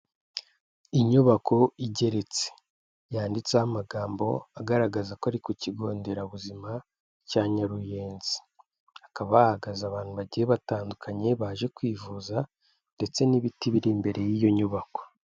Inyubako igeretse yanditseho amagambo agaragaza ko ari ku kigonderabuzima cya Nyaruyenzi. Hakaba hahagaze abantu bagiye batandukanye baje kwivuza ndetse n'ibiti biri imbere y'iyo nyubako.